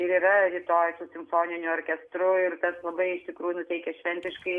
ir yra rytoj su simfoniniu orkestru ir tas labai iš tikrųjų nuteikia šventiškai